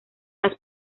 las